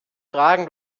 fragen